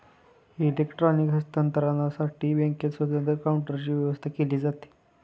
electronic हस्तांतरणसाठी बँकेत स्वतंत्र काउंटरची व्यवस्था केली जाते